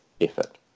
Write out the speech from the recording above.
effort